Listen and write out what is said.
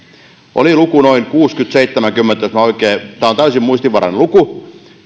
oli noin kuusikymmentä viiva seitsemänkymmentä jos minä oikein muistan tämä on täysin muistinvarainen luku